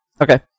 Okay